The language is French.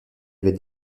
avait